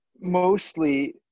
mostly –